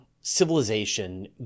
civilization